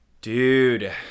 Dude